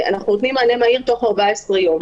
אנחנו נותנים מענה מהיר בתוך 14 יום.